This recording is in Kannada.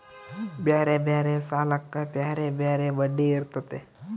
ಬ್ಯಾರೆ ಬ್ಯಾರೆ ಸಾಲಕ್ಕ ಬ್ಯಾರೆ ಬ್ಯಾರೆ ಬಡ್ಡಿ ಇರ್ತತೆ